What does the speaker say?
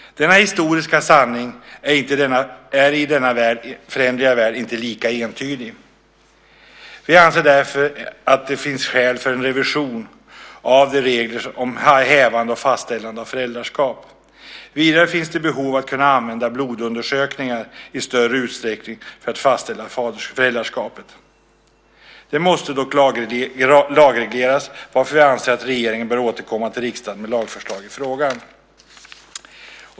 Denna historiska sanning är inte i denna föränderliga värld lika entydig. Vi anser därför att det finns skäl för en revision av reglerna för hävande och fastställande av föräldraskap. Vidare finns det behov av att i större utsträckning kunna använda blodundersökningar för att fastställa föräldraskapet. Det måste dock lagregleras, varför vi anser att regeringen bör återkomma till riksdagen med lagförslag i frågan.